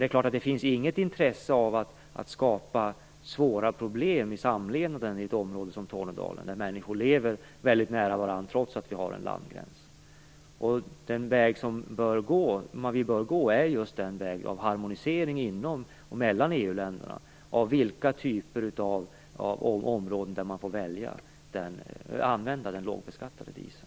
Det finns så klart inget intresse av att skapa svåra problem i samlevnaden i ett område som Tornedalen, där människor lever väldigt nära varandra trots att vi har en landgräns. Den väg vi bör gå är just harmonisering inom och mellan EU-länderna när det gäller på vilka typer av områden man får välja att använda den lågbeskattade dieseln.